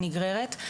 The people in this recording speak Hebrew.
נגררת,